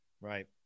right